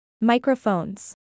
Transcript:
Microphones